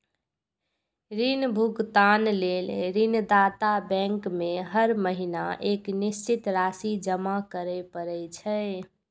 ऋण भुगतान लेल ऋणदाता बैंक में हर महीना एक निश्चित राशि जमा करय पड़ै छै